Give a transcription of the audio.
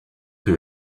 que